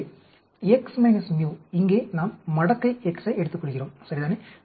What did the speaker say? எனவே x μ இங்கே நாம் மடக்கை x ஐ எடுத்துக்கொள்கிறோம் சரிதானே